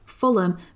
Fulham